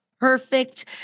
Perfect